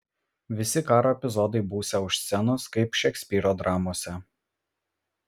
visi karo epizodai būsią už scenos kaip šekspyro dramose